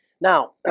Now